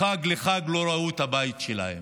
מחג לחג לא ראו את הבית שלהם,